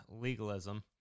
legalism